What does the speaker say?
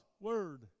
Word